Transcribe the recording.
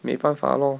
没办法 lor